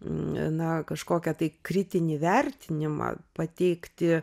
na kažkokią tai kritinį vertinimą pateikti